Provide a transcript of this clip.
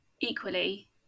equally